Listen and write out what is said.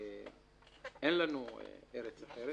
אין לנו ארץ אחרת.